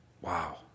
Wow